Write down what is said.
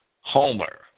Homer